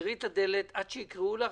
תסגרי את הדלת עד שיקראו לך,